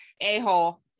A-hole